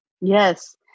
Yes